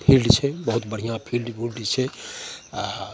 field छै बहुत बढ़िआँ फिल्ड उल्ड छै आओर